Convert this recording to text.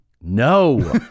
No